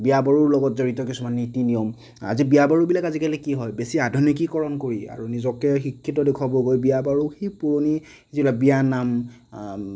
বিয়া বাৰু লগত জড়িত কিছুমান নীতি নিয়ম আজি বিয়া বাৰুবিলাক আজিকালি কি হয় বেছি আধুনিকীকৰণ কৰি আৰু নিজকে শিক্ষিত দেখুৱাব গৈ বিয়া বাৰু সেই পুৰণি যিবিলাক বিয়া নাম